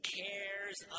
cares